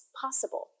possible